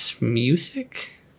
music